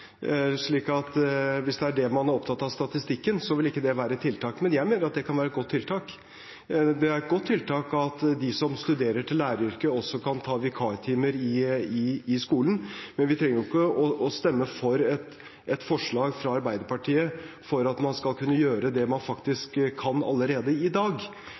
hvis man er opptatt av statistikken, vil ikke det være et tiltak. Men jeg mener at det vil kunne være et godt tiltak. Det er et godt tiltak at de som studerer til læreryrket, også kan ta vikartimer i skolen. Vi trenger ikke å stemme for et forslag fra Arbeiderpartiet for at man skal kunne gjøre det man faktisk allerede kan i dag.